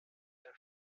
der